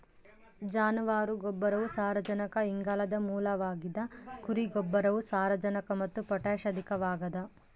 ಜಾನುವಾರು ಗೊಬ್ಬರವು ಸಾರಜನಕ ಇಂಗಾಲದ ಮೂಲವಾಗಿದ ಕುರಿ ಗೊಬ್ಬರವು ಸಾರಜನಕ ಮತ್ತು ಪೊಟ್ಯಾಷ್ ಅಧಿಕವಾಗದ